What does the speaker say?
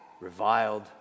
reviled